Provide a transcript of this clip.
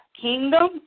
Kingdom